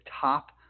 top